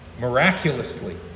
Miraculously